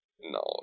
no